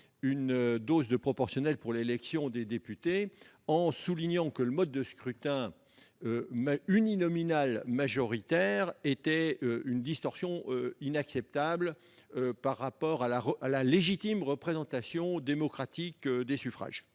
une dose de proportionnelle pour l'élection des députés, en soulignant que le mode de scrutin uninominal majoritaire était une distorsion inacceptable par rapport à la légitime représentation démocratique des suffrages.